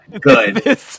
good